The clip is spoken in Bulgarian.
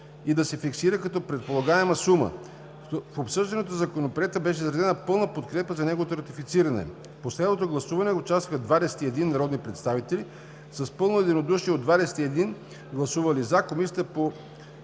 и да се фиксира като предполагаема сума. В обсъждането на Законопроекта беше изразена пълна подкрепа за неговото ратифициране. В последвалото гласуване участваха 21 народни представители. С пълно единодушие от 21 гласували „за“ Комисията по